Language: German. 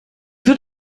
wird